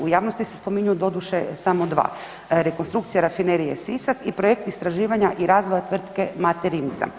U javnosti se spominju doduše samo dva, rekonstrukcija Rafinerije Sisak i projekt istraživanja i razvoj tvrtke Mate Rimca.